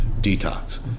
detox